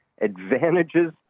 advantages